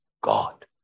God